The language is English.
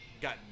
Got